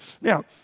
Now